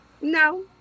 No